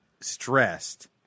stressed